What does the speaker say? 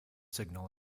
signal